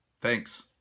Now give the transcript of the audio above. Thanks